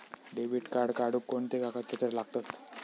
Debit card काढुक कोणते कागदपत्र लागतत?